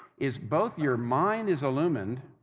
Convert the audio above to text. is both your mind is illumined,